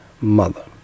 mother